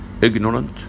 ignorant